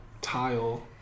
tile